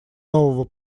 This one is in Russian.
нового